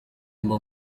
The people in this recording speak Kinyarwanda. mba